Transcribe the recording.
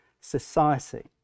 society